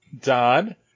Don